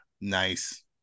Nice